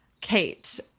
Kate